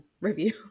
review